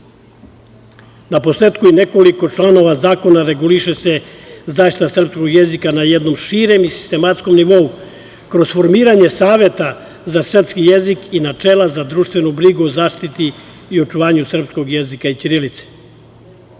u nekoliko članova zakona reguliše se zaštita srpskog jezika na jednom širem i sistematskom nivou, kroz formiranje Saveta za srpski jezik i načela za društvenu brigu o zaštiti i očuvanju srpskog jezika i